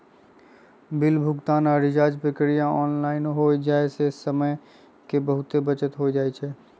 bill भुगतान आऽ recharge प्रक्रिया ऑनलाइन हो जाय से समय के बहुते बचत हो जाइ छइ